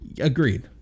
Agreed